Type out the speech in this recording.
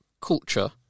culture